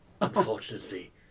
Unfortunately